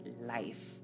life